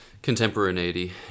Contemporaneity